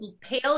pale